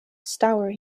stour